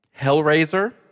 Hellraiser